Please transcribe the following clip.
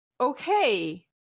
Okay